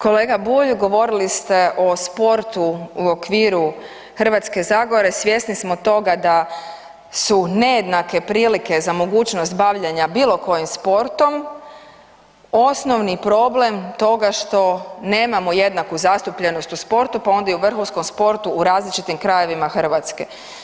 Kolega Bulj, govorili ste o sportu u okviru Hrvatske zagore, svjesni smo toga da su nejednake prilike za mogućnost bavljenja bilokojim sportom, osnovni problem toga što nemamo jednaku zastupljenost u sportu pa onda i u vrhunskom sportu, u različitim krajevima Hrvatske.